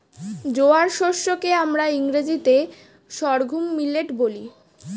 জোয়ার শস্য কে আমরা ইংরেজিতে সর্ঘুম মিলেট বলি